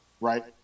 right